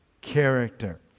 character